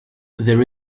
there